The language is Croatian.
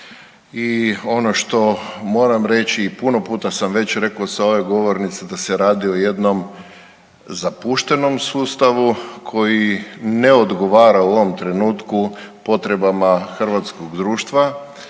i ono što moram reći i puno puta sam već rekao s ove govornice da se radi o jednom zapuštenom sustavu koji ne odgovara u ovom trenutku potrebama hrvatskog društva,